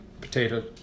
potato